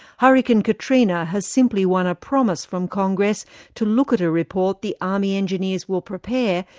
hurricane katrina has simply won a promise from congress to look at a report the army engineers will prepare,